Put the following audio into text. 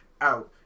out